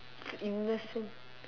innocent